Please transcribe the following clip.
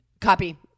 Copy